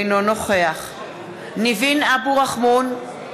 אינו נוכח ניבין אבו רחמון,